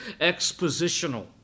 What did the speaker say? expositional